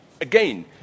again